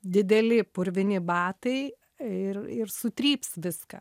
dideli purvini batai ir ir sutryps viską